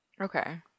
okay